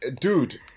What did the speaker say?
Dude